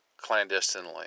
clandestinely